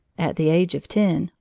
at the age of ten,